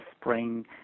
spring